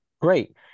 great